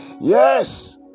Yes